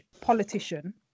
politician